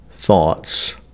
thoughts